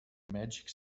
magic